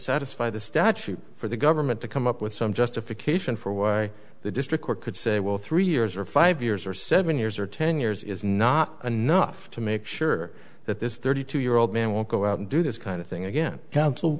satisfy the statute for the government to come up with some justification for why the district court could say well three years or five years or seven years or ten years is not enough to make sure that this thirty two year old man won't go out and do this kind of thing again counsel